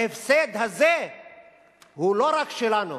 ההפסד הזה הוא לא רק שלנו,